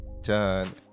done